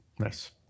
Nice